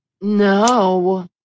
no